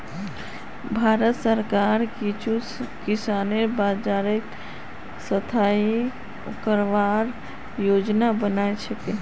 भारत सरकार कुछू किसान बाज़ारक स्थाई करवार योजना बना छेक